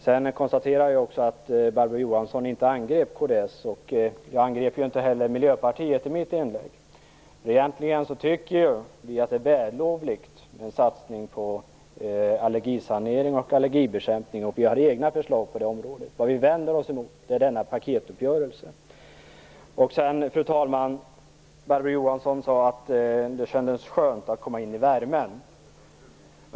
Sedan konstaterar jag också att Barbro Johansson inte angrep kds, och jag angrep ju inte heller Miljöpartiet i mitt inlägg. Egentligen tycker vi att det är vällovligt med en satsning på allergisanering och allergibekämpning, och vi har egna förslag på det området. Vad vi vänder oss emot är denna paketuppgörelse. Barbro Johansson sade att det kändes skönt att komma in i värmen.